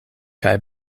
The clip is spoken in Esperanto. kaj